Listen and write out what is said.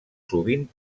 sovint